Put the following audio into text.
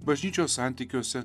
bažnyčios santykiuose